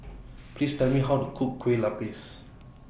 Please Tell Me How to Cook Kue Lupis